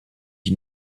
you